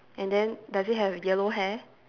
and then does it have yellow hair